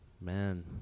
Man